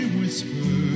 whisper